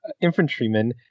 infantrymen